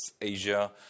Asia